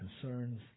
concerns